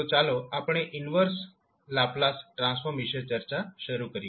તો ચાલો આપણે ઈન્વર્સ લાપ્લાસ ટ્રાન્સફોર્મ વિશે ચર્ચા શરૂ કરીએ